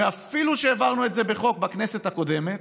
ואפילו שהעברנו את זה בחוק בכנסת הקודמת,